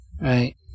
Right